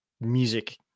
music